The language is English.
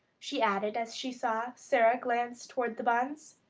she added, as she saw sara glance toward the buns.